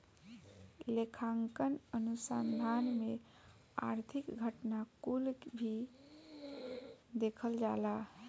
लेखांकन अनुसंधान में आर्थिक घटना कुल के भी देखल जाला